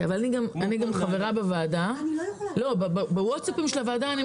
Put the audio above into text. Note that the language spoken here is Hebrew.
אבל אני חברה בקבוצת הווצאפ של הוועדה-